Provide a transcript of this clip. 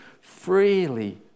freely